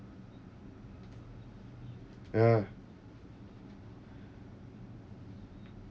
ya